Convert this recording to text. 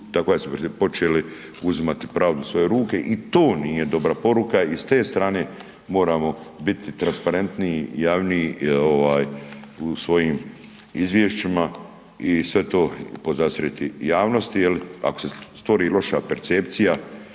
tako da su počeli uzimati pravdu u svoje ruke. I to nije dobra poruka i s te strane moramo biti transparentniji, javniji u svojim izvješćima i sve to podastrijeti javnosti, jel ako se stvori loša percepcija